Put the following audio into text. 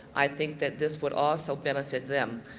i think that this would also benefit them.